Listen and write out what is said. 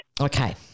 Okay